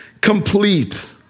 complete